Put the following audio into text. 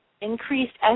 increased